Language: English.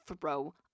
throw